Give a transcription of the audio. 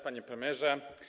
Panie Premierze!